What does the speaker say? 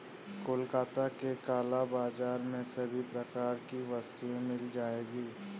कोलकाता के काला बाजार में सभी प्रकार की वस्तुएं मिल जाएगी